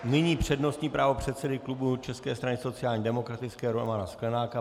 Nyní přednostní právo předsedy klubu České strany sociálně demokratické Romana Sklenáka.